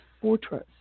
Fortress